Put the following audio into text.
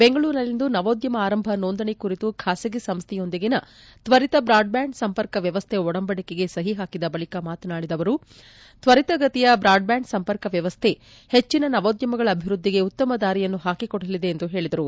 ಬೆಂಗಳೂರಿನಲ್ಲಿಂದು ನವೋದ್ಯಮ ಆರಂಭ ನೋಂದಣಿ ಕುರಿತು ಖಾಸಗಿ ಸಂಸ್ಥೆಯೊಂದಿಗಿನ ತ್ವರಿತ ಬ್ರಾಡ್ ಬ್ಯಾಂಡ್ ಸಂಪರ್ಕ ವ್ಯವಸ್ಥೆ ಒಡಂಬಡಿಕೆಗೆ ಸಹಿ ಹಾಕಿದ ಬಳಿಕ ಮಾತನಾಡಿದ ಅವರು ತ್ವರಿತ ಗತಿಯ ಬ್ರಾಡ್ ಬ್ಯಾಂಡ್ ಸಂಪರ್ಕ ವ್ಯವಸ್ಥೆ ಹೆಚ್ಚಿನ ನವೋದ್ಯಮಗಳ ಅಭಿವ್ಯದ್ದಿಗೆ ಉತ್ತಮ ದಾರಿಯನ್ನು ಹಾಕಿ ಕೊಡಲಿದೆ ಎಂದು ಹೇಳಿದರು